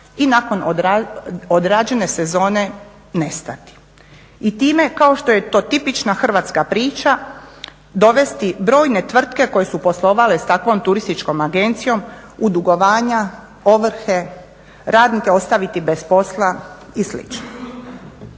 i nakon odrađene sezone nestati. I time kao što je to tipična hrvatska priča dovesti brojne tvrtke koje su poslovale s takvom turističkom agencijom u dugovanja, ovrhe, radnika ostaviti bez posla i